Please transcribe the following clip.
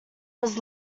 was